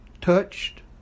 touched